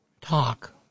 talk